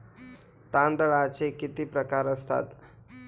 तांदळाचे किती प्रकार असतात?